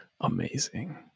amazing